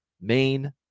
main